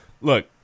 Look